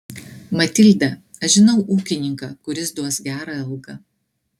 matilda aš žinau ūkininką kuris duos gerą algą